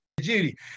Judy